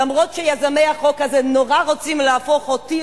אף-על-פי שיוזמי החוק הזה נורא רוצים להפוך אותי